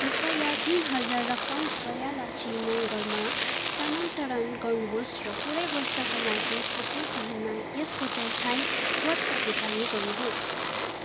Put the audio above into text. रुपियाँ तिन हजार रकम भयलक्षी मगरमा स्थानान्तरण गर्नुहोस् र पूरै वर्षका लागि प्रत्येक महिना यसको चौथाइ स्वतः भुक्तानी गर्नुहोस्